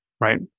right